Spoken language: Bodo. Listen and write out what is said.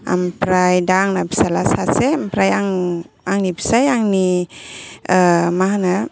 ओमफ्राय दा आंना फिसाज्ला सासे ओमफ्राय आं आंनि फिसाय आंनि मा होनो